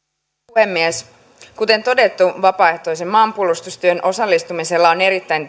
puhemies kuten todettu vapaaehtoiseen maanpuolustustyöhön osallistumisella on erittäin